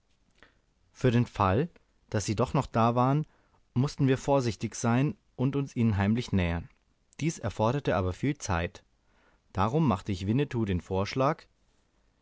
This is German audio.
für den fall daß sie doch noch da waren mußten wir vorsichtig sein und uns ihnen heimlich nähern dies erforderte aber viel zeit darum machte ich winnetou den vorschlag